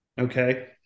okay